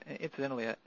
incidentally